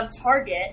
Target